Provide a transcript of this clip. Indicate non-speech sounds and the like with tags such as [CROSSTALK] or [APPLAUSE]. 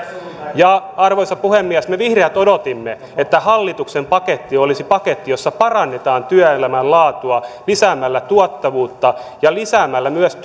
arvoisa puhemies me vihreät odotimme että hallituksen paketti olisi paketti jossa parannetaan työelämän laatua lisäämällä tuottavuutta ja lisäämällä myös [UNINTELLIGIBLE]